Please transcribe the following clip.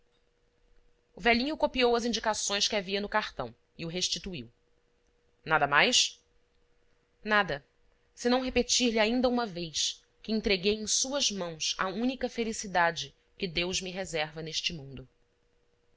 o velhinho copiou as indicações que havia no cartão e o restituiu nada mais nada senão repetir lhe ainda uma vez que entreguei em suas mãos a única felicidade que deus me reserva neste mundo